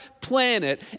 planet